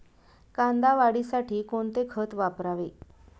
कांदा वाढीसाठी कोणते खत वापरावे?